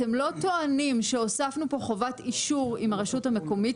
אתם לא טוענים שהוספנו פה חובת אישור עם הרשות המקומית,